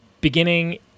beginning